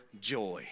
joy